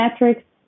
metrics